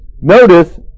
notice